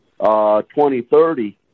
2030